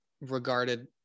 regarded